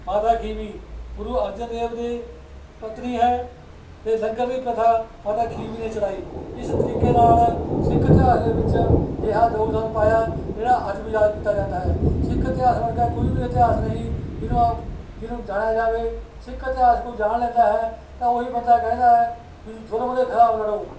ਮਾਤਾ ਖੀਵੀ ਗੁਰੂ ਅਰਜਨ ਦੇਵ ਦੇ ਪਤਨੀ ਹੈ ਅਤੇ ਲੰਗਰ ਦੀ ਪ੍ਰਥਾ ਮਾਤਾ ਖੀਵੀ ਨੇ ਚਲਾਈ ਇਸ ਤਰੀਕੇ ਨਾਲ ਸਿੱਖ ਇਤਿਹਾਸ ਦੇ ਵਿੱਚ ਅਜਿਹਾ ਯੋਗਦਾਨ ਪਾਇਆ ਜਿਹੜਾ ਅੱਜ ਵੀ ਯਾਦ ਕੀਤਾ ਜਾਂਦਾ ਹੈ ਸਿੱਖ ਇਤਿਹਾਸ ਵਰਗਾ ਕੋਈ ਵੀ ਇਤਿਹਾਸ ਨਹੀਂ ਜਿਹਨੂੰ ਜਿਹਨੂੰ ਜਾਣਿਆ ਜਾਵੇ ਸਿੱਖ ਇਤਿਹਾਸ ਕੋਈ ਜਾਣ ਲੈਂਦਾ ਹੈ ਤਾਂ ਉਹੀ ਬੰਦਾ ਕਹਿੰਦਾ ਹੈ ਵੀ ਜ਼ੁਲਮ ਦੇ ਖਿਲਾਫ਼ ਲੜੋ